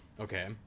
Okay